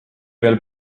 veel